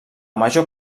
major